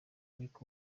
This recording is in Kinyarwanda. ariko